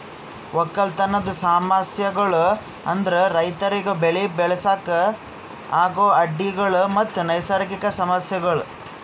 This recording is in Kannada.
ಒಕ್ಕಲತನದ್ ಸಮಸ್ಯಗೊಳ್ ಅಂದುರ್ ರೈತುರಿಗ್ ಬೆಳಿ ಬೆಳಸಾಗ್ ಆಗೋ ಅಡ್ಡಿ ಗೊಳ್ ಮತ್ತ ನೈಸರ್ಗಿಕ ಸಮಸ್ಯಗೊಳ್